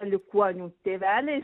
palikuonių tėveliai